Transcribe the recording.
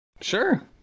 Sure